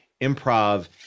improv